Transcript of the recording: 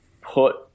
put